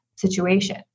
situation